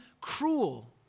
cruel